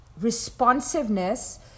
responsiveness